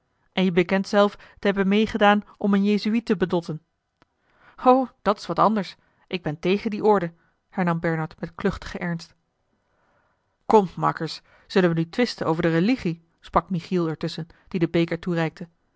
n je bekent zelf te hebben meêgedaan om een jezuïet te bedotten o dat's wat anders ik ben tegen die orde hernam bernard met kluchtigen ernst komt makkers zullen we nu twisten over de religie sprak michiel er tusschen die den beker toereikte